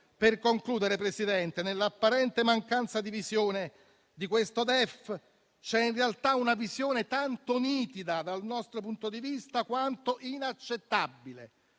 Per concludere, Presidente, nell'apparente mancanza di visione di questo DEF, c'è in realtà una visione tanto nitida, dal nostro punto di vista, quanto inaccettabile: